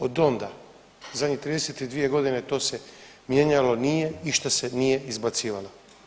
Od onda zadnjih 32 godine, to se mijenjalo nije, ništa se nije izbacivalo.